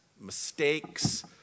mistakes